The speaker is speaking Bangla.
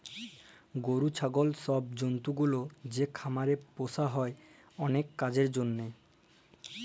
গরু, ছাগল ছব জল্তুগুলা যে খামারে পুসা হ্যয় অলেক কাজের জ্যনহে